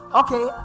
okay